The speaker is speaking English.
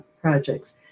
projects